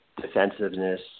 defensiveness